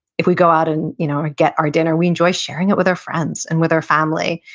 if we go out and you know get our dinner, we enjoy sharing it with our friends and with our family.